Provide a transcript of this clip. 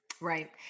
Right